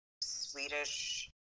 Swedish